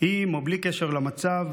עם או בלי קשר למצב,